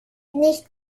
nicht